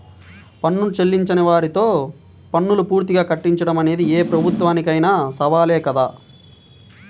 పన్నులు చెల్లించని వారితో పన్నులు పూర్తిగా కట్టించడం అనేది ఏ ప్రభుత్వానికైనా సవాలే కదా